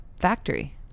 factory